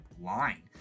line